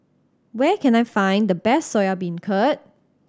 where can I find the best Soya Beancurd